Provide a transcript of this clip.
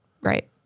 Right